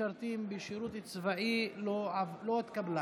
המשרתים בשירות צבאי) לא התקבלה.